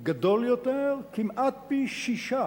גבוה יותר כמעט פי-שישה